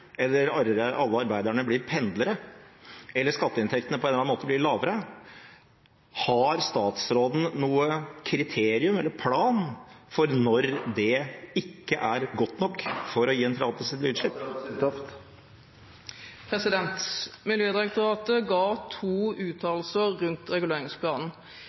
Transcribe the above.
eller dersom alle arbeiderne blir pendlere, eller skatteinntektene på en eller annen måte blir lavere, har statsråden noe kriterium, en plan, for når det ikke er godt nok for å gi en tillatelse til dumpingen? Miljødirektoratet ga to uttalelser i forbindelse med reguleringsplanen.